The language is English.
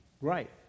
right